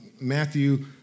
Matthew